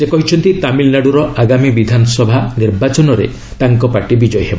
ସେ କହିଛନ୍ତି ତାମିଲନାଡୁର ଆଗାମୀ ବିଧାନସଭା ନିର୍ବାଚନରେ ତାଙ୍କ ପାର୍ଟି ବିଜୟୀ ହେବ